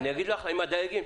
אגיד לך למה,